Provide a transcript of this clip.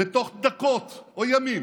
ותוך דקות או ימים